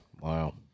Wow